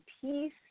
peace